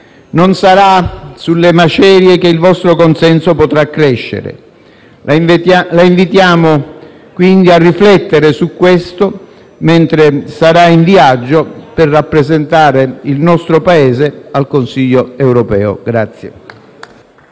Non sarà sulle macerie che il vostro consenso potrà crescere. La invitiamo, quindi, a riflettere su questo mentre sarà in viaggio per rappresentare il nostro Paese al Consiglio europeo.